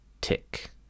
tick